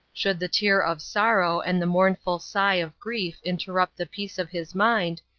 should the tear of sorrow and the mournful sigh of grief interrupt the peace of his mind,